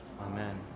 Amen